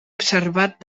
observat